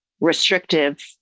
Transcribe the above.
restrictive